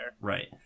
Right